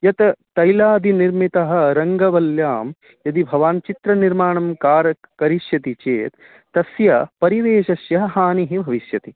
यत् तैलादि निर्मितः रङ्गवल्यां यदि भवान् चित्रनिर्माणं कार् करिष्यति चेत् तस्य परिवेशस्य हानिः भविष्यति